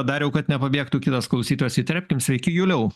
dariau kad nepabėgtų kitas klausytojas įterpkim sveiki juliau